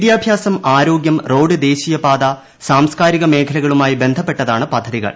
വിദ്യാഭ്യാസം ആരോഗ്യം റോഡ് ദേശീയപാത സാംസ്കാരിക്കു മേഖലകളുമായി ബന്ധപ്പെട്ടതാണ് പദ്ധതികൾ